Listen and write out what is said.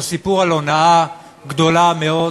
זה סיפור על הונאה גדולה מאוד